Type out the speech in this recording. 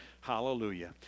Hallelujah